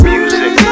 Music